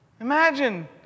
Imagine